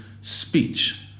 speech